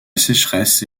sécheresse